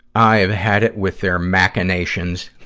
i've had it with their machinations.